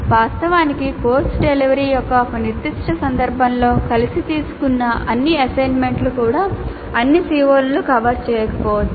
వాస్తవానికి course delivery యొక్క ఒక నిర్దిష్ట సందర్భంలో కలిసి తీసుకున్న అన్ని అసైన్మెంట్లు కూడా అన్ని CO లను కవర్ చేయకపోవచ్చు